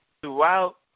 throughout